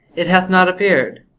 it hath not appeared.